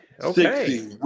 Okay